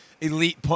elite